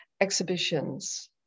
exhibitions